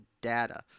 data